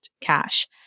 cash